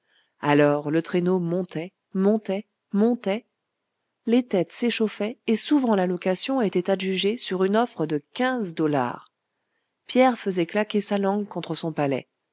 alors le traîneau montait montait montait les têtes s'échauffaient et souvent la location était adjugée sur une offre de quinze dollars pierre faisait claquer sa langue contre son palais